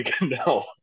No